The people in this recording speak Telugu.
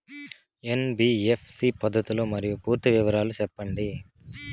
ఎన్.బి.ఎఫ్.సి పద్ధతులు మరియు పూర్తి వివరాలు సెప్పండి?